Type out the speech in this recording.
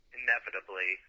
inevitably